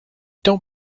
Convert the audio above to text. don’t